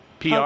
PR